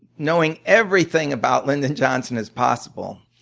knowing everything about lyndon johnson as possible.